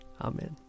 Amen